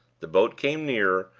the boat came nearer,